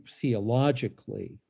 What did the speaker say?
theologically